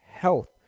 health